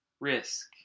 risk